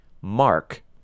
Mark